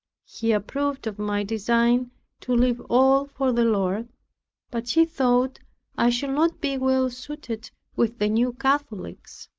he approved of my design to leave all for the lord but he thought i should not be well suited with the new catholics.